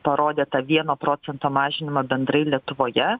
parodė tą vieno procento mažinimą bendrai lietuvoje